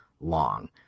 long